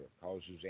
causes